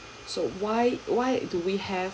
so why why do we have